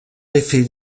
effet